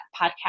podcast